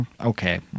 okay